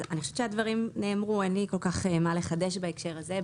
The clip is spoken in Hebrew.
אני חושבת שהדברים נאמרו ואין לי כל כך מה לחדש בהקשר הזה.